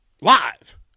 Live